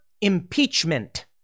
Impeachment